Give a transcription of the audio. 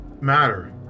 matter